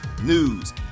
news